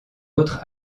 autre